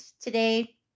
today